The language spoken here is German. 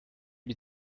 die